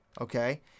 okay